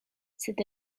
cette